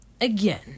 again